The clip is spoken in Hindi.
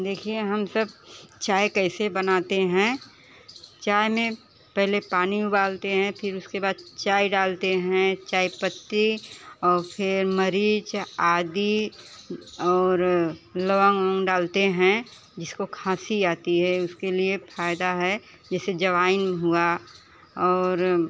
देखिए हम सब चाय कैसे बनाते हैं चाय में पहले पानी उबालते हैं फिर उसके बाद चाय डालते हैं चाय पत्ती और फिर मरीच आदि और लौंग ओंग डालते हैं जिसको खांसी आती है उसके लिए फायदा है जैसे अजवाइन हुआ और